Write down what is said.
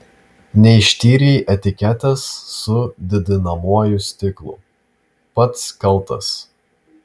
neištyrei etiketės su didinamuoju stiklu pats kaltas